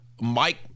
Mike